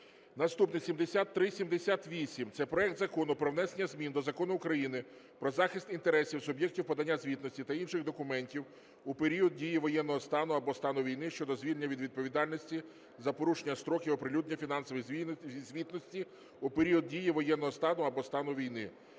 Наступний 7378. Це проект Закону про внесення змін до Закону України "Про захист інтересів суб’єктів подання звітності та інших документів у період дії воєнного стану або стану війни" щодо звільнення від відповідальності за порушення строків оприлюднення фінансової звітності у період дії воєнного стану або стану війни.